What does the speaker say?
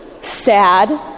Sad